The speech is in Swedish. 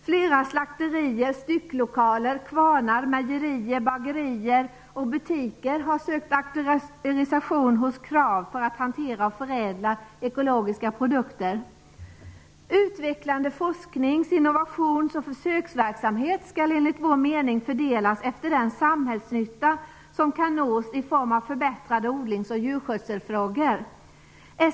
Flera slakterier, stycklokaler, kvarnar, mejerier, bagerier och butiker har sökt auktorisation hos KRAV för att hantera och förädla ekologiska produkter. Utvecklande forsknings-, innovations och försöksverksamhet skall enligt vår mening fördelas efter den samhällsnytta som kan nås i form av förbättrade odlings och djurskötselfrågor.